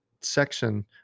section